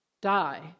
die